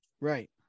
Right